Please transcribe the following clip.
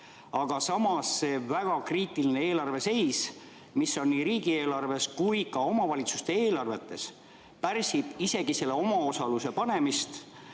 Aga samas see väga kriitiline eelarve seis, mis on nii riigieelarves kui ka omavalitsuste eelarves, pärsib isegi selle omaosaluse panemist.